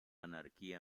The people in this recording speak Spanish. anarquía